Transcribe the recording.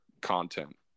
content